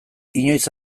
inoiz